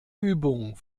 übung